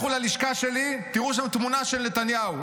לכו ללשכה שלי, תראו שם תמונה של נתניהו.